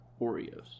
Oreos